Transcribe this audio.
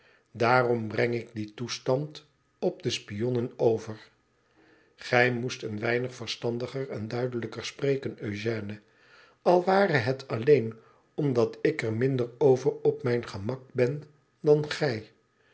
daarom breng ik dien toestand op de spionnen over gij moest een weinig verstandiger en duidelijker spreken eugène al ware het alleen omdat ik er minder over op mijn gemak ben dan gij